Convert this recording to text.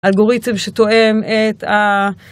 אלגוריתם שתואם את ה...